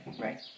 Right